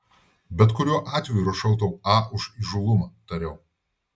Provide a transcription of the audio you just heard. bet kuriuo atveju rašau tau a už įžūlumą tariau